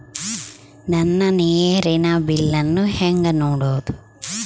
ನನ್ನ ನೇರಿನ ಬಿಲ್ಲನ್ನು ಹೆಂಗ ನೋಡದು?